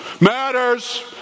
Matters